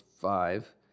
five